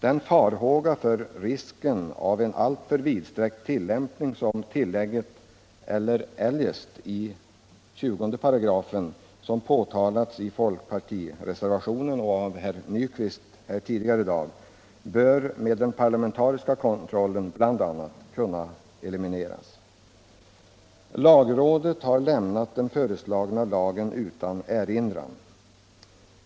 De farhågor för risken av en alltför vidsträckt tillämpning av tillägget ”eller eljest” , som uttalats i folkpartireservationen och av herr Nyquist tidigare här i dag, bör bl.a. genom denna parlamentariska kontroll kunna undanröjas. Lagrådet har lämnat den föreslagna lagen utan erinran.